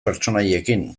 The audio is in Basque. pertsonaiekin